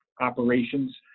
operations